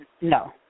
No